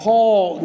Paul